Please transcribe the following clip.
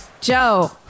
Joe